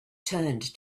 turned